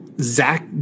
zach